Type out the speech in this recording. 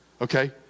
Okay